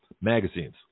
Magazines